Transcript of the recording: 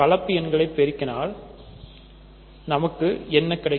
கலப்பு எண்களை பெருக்கினால் நமக்கு என்ன கிடைக்கும்